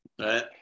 Right